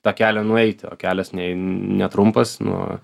tą kelią nueiti o kelias nei netrumpas nu